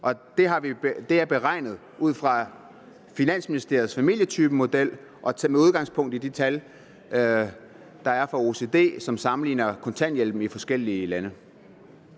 Det er beregnet ud fra Finansministeriets familietypemodel med udgangspunkt i de tal, der er fra OECD, som sammenligner kontanthjælpen i forskellige lande.